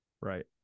Right